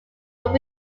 would